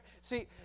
see